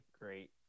great